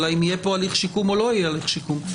אלא אם יהיה פה הליך שיקום או לא יהיה הליך שיקום.